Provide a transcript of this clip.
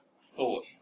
thought